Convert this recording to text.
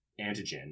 antigen